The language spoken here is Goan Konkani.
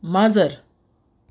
माजर